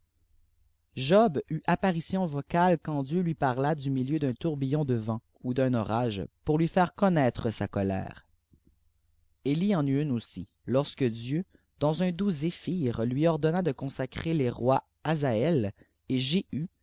eut apparition vocale quand dieu lui parla du milieu d'un khirbulob de vent ou d'un orage pour lui faireconnaitre sa colère bùe w mimwssij iqmpxe dieu dans un doux zéphyr lui ordonna de consacra le rois hazaél et